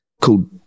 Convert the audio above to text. called